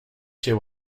cię